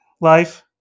Life